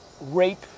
rape